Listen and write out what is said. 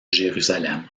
jérusalem